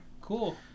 Cool